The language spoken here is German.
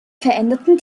veränderten